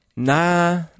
Nah